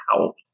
out